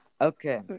Okay